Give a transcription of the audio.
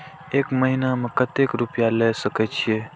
एक महीना में केते रूपया ले सके छिए?